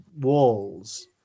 walls